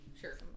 Sure